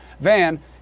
Van